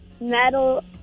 metal